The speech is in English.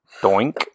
Doink